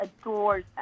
adores